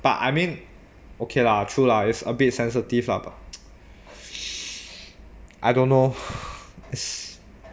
but I mean okay lah true lah it's a bit sensitive lah but I don't know it's